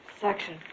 Section